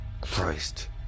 Christ